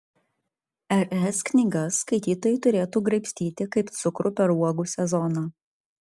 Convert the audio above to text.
r s knygas skaitytojai turėtų graibstyti kaip cukrų per uogų sezoną